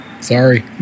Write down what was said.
Sorry